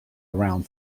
around